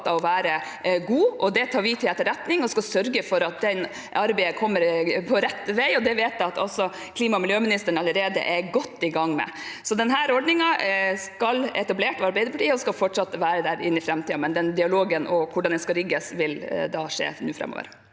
som god. Det tar vi til etterretning, og vi skal sørge for at det arbeidet kommer på rett vei. Det vet jeg også at klima- og miljøministeren allerede er godt i gang med. Denne ordningen, som er etablert av Arbeiderpartiet, skal fortsatt være der i framtiden, men dialogen om hvordan den skal rigges, vil skje nå framover.